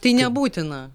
tai nebūtina